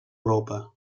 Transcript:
europa